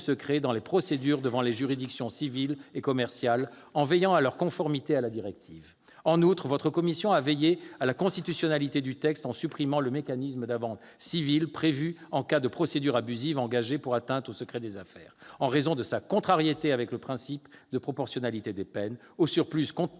En outre, votre commission a veillé à la constitutionnalité du texte en supprimant le mécanisme d'amende civile prévu en cas de procédure abusive engagée pour atteinte au secret des affaires, en raison de sa contrariété avec le principe de proportionnalité des peines. D'ailleurs, compte